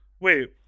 Wait